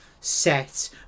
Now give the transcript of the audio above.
set